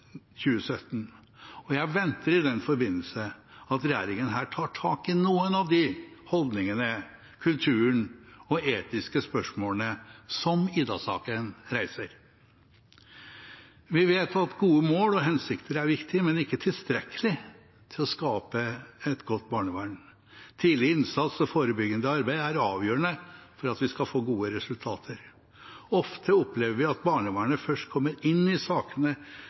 2017. Jeg venter i den forbindelse at regjeringen her tar tak i noen av de holdningene, den kulturen og de etiske spørsmålene som «Ida»-saken reiser. Vi vet at gode mål og hensikter er viktig, men ikke tilstrekkelig til å skape et godt barnevern. Tidlig innsats og forebyggende arbeid er avgjørende for at vi skal få gode resultater. Ofte opplever vi at barnevernet først kommer inn i sakene